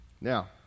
Now